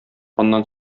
аннан